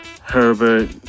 Herbert